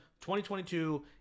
2022